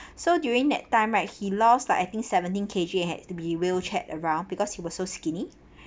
so during that time right he lost like I think seventeen K_G and had to be in wheelchair around because he was so skinny